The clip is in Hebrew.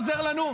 ומה זה עוזר לנו?